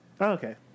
Okay